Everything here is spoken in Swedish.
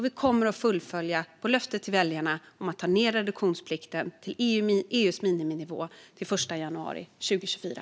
Vi kommer att fullfölja vårt löfte till väljarna om att ta ned reduktionsplikten till EU:s miniminivå till den 1 januari 2024.